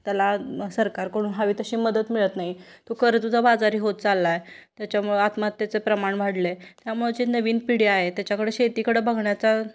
त्याला सरकारकडून हवी तशी मदत मिळत नाही तो कर्जबाजारी होत चालला आहे त्याच्यामुळं आत्महत्येचं प्रमाण वाढलं आहे त्यामुळे जी नवीन पिढी आहे त्याच्याकडं शेतीकडं बघण्याचा